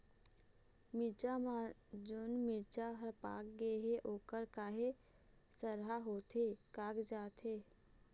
मिरचा म जोन मिरचा हर पाक गे हे ओहर काहे सरहा होथे कागजात हे?